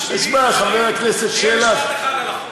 שיהיה משפט אחד על החוק.